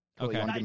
Okay